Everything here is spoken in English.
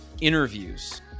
interviews